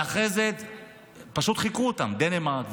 ואחרי זה פשוט חיקו אותם: דנמרק,